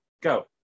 go